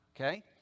Okay